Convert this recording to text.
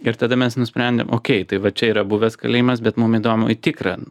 ir tada mes nusprendėm okei tai va čia yra buvęs kalėjimas bet mums įdomu į tikrą